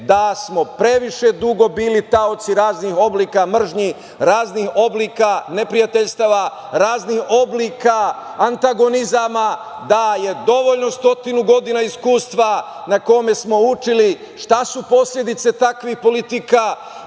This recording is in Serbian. da smo previše dugo bili taoci raznih oblika mržnji, raznih oblika neprijateljstava, raznih oblika antagonizama da je dovoljno stotinu godina iskustva na kome smo učili šta su posledice takvih politika,